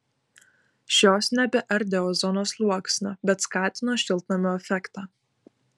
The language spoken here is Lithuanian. šios nebeardė ozono sluoksnio bet skatino šiltnamio efektą